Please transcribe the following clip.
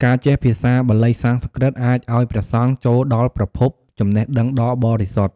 ការចេះភាសាភាសាបាលី-សំស្ក្រឹត អាចឱ្យព្រះសង្ឃចូលដល់ប្រភពចំណេះដឹងដ៏បរិសុទ្ធ។